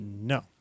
No